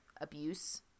abuse